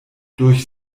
durch